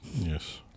yes